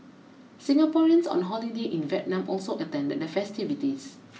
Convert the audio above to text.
Singaporeans on holiday in Vietnam also attended the festivities